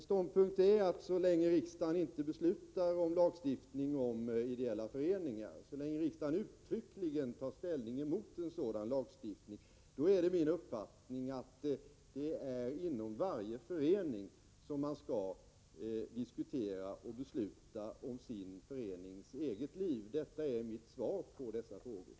Så länge riksdagen inte beslutar om lagstiftning om ideella föreningar, så länge riksdagen uttryckligen tar ställning mot en sådan lagstiftning, är det min uppfattning att det är inom varje förening som man skall diskutera och besluta om sin förenings eget liv. Detta är mitt svar på dessa frågor.